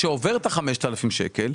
כשעובר את ה-5,000 שקלים,